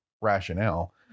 rationale